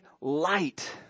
light